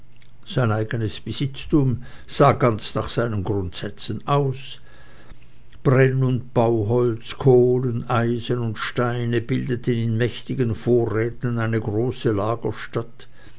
sein eigenes besitztum sah ganz nach seinen grundsätzen aus brenn und bauholz kohlen eisen und steine bildeten in mächtigen vorräten eine große lagerstatt